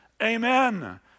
amen